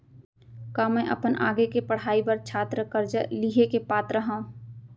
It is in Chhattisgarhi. का मै अपन आगे के पढ़ाई बर छात्र कर्जा लिहे के पात्र हव?